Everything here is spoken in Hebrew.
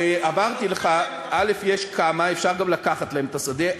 אמרתי לך, יש כמה, אפשר גם לקחת להן את השדה.